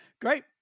Great